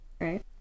Right